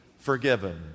forgiven